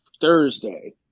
Thursday